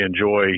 enjoy